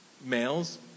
Males